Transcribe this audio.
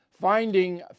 Finding